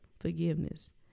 forgiveness